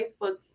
Facebook